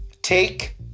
Take